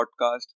podcast